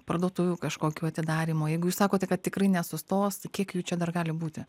parduotuvių kažkokių atidarymo jeigu jūs sakote kad tikrai nesustos kiek jų čia dar gali būti